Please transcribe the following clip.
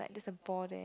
there's a ball there